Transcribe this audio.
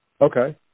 Okay